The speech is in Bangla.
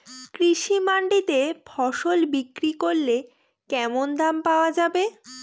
কৃষি মান্ডিতে ফসল বিক্রি করলে কেমন দাম পাওয়া যাবে?